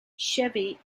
chevy